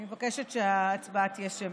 אני מבקשת שההצבעה תהיה שמית,